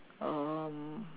um